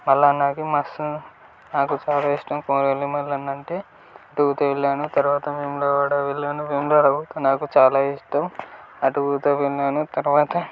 మల్లన్నకి మస్తు నాకు చాలా ఇష్టం కొమరవెల్లి మల్లన్న అంటే అటు కూడా వెళ్ళాను తరువాత మేములవాడ వెళ్ళాను మేములవాడ కూడా నాకు చాలా ఇష్టం అటు కూడా తరువాత